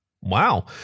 Wow